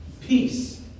Peace